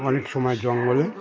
অনেক সময় জঙ্গল বলে